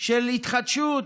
של התחדשות,